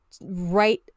right